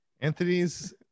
Anthony's